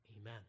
Amen